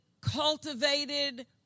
cultivated